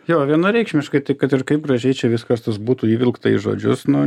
jo vienareikšmiškai tai kad ir kaip gražiai čia viskas tas būtų įvilkta į žodžius nu